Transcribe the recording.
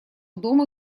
дома